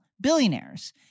billionaires